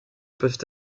peuvent